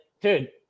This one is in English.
dude